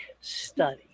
study